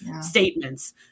statements